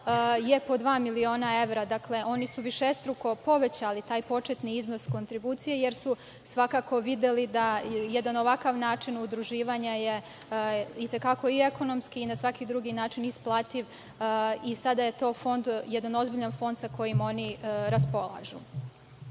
je po dva miliona evra. Dakle, oni su višestruko povećali taj početni iznos kontribucije jer su svakako videli da jedan ovakav način udruživanja je i te kako i ekonomski i na svaki drugi način isplativ i sada je to fond, ozbiljan fond sa kojim oni raspolažu. Što